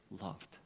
loved